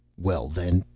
well, then,